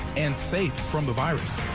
and safe from the virus.